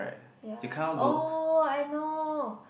ya oh I know